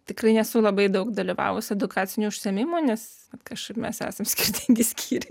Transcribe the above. tikrai nesu labai daug dalyvavusi edukacinių užsiėmimų nes kažkaip mes esam skirtingi skyriai